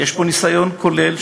יש פה ניסיון כולל,